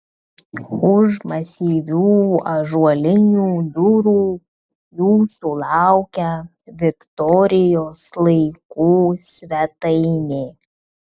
už masyvių ąžuolinių durų jūsų laukia viktorijos laikų svetainė